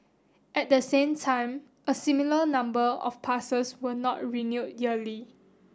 at the same time a similar number of passes were not renewed yearly